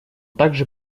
также